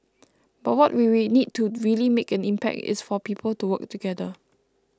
but what we we need to really make an impact is for people to work together